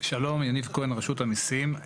שלום, יניב כהן, רשות המיסים.